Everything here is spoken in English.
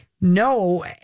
No